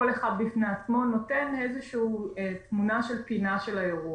כל אחד בפני עצמו נותן תמונה של האירוע.